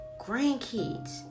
grandkids